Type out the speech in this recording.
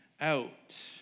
out